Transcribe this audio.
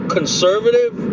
Conservative